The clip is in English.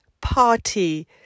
party